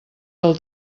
del